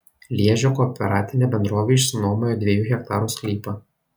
liežio kooperatinė bendrovė išsinuomojo dviejų hektarų sklypą